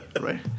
right